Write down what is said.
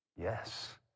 Yes